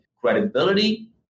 credibility